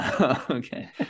okay